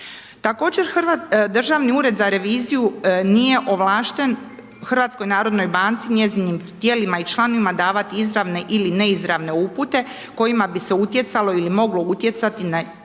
Također, Državni ured za reviziju nije ovlašten HNB-u i njezinim tijelima i članovima davati izravne ili neizravne upute kojima bi se utjecalo ili moglo utjecati na njihovu